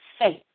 faith